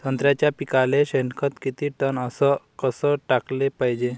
संत्र्याच्या पिकाले शेनखत किती टन अस कस टाकाले पायजे?